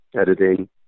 editing